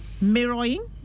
mirroring